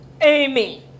Amy